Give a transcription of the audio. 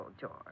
George